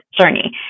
journey